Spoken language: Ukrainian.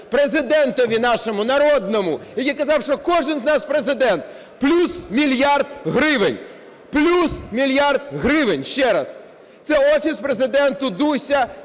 Президентові нашому народному, який казав, що кожен з нас – Президент, – плюс мільярд гривень. Плюс мільярд гривень, ще раз. Це Офіс Президента, ДУСя,